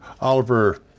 Oliver